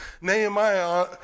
Nehemiah